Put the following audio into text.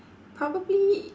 probably